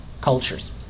cultures